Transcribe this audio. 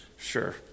sure